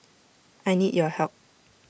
I need your help